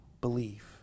believe